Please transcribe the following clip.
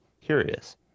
curious